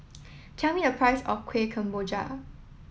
tell me the price of Kueh Kemboja